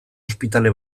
ospitale